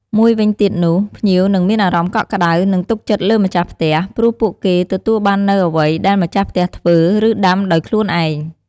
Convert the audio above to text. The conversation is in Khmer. មួយវិញទៀតនោះ ភ្ញៀវនឹងមានអារម្មណ៍កក់ក្ដៅ និងទុកចិត្តលើម្ចាស់ផ្ទះ ព្រោះពួកគេទទួលបាននូវអ្វីដែលម្ចាស់ផ្ទះធ្វើ ឬដាំដោយខ្លួនឯង។